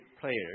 players